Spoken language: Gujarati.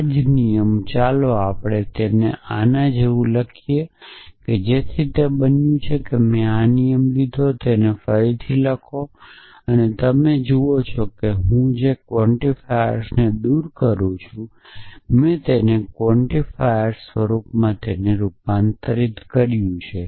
આ જ નિયમ ચાલો આપણે તેને આના જેવું લખીએ જેથી જે બન્યું તે મેં આ નિયમ લીધો છે અને તેને ફરીથી લખો આ તમે છો હું જે ક્વોન્ટિફાયર્સને દૂર કરું છું મેં તેને ક્વોન્ટિફાયર સ્વરૂપમાં રૂપાંતરિત કર્યું છે